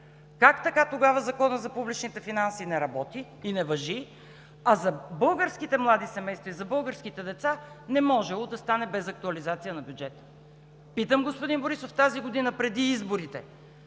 Как така тогава Законът за публичните финанси не работи и не важи, а за българските млади семейства и за българските деца не можело да стане без актуализация на бюджета?! Питам господин Борисов тази година преди изборите